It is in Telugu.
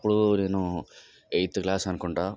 అప్పుడు నేను ఎయిత్ క్లాస్ అనుకుంట